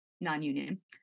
non-union